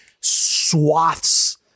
swaths